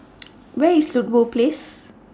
Where IS Ludlow Place